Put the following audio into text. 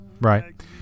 right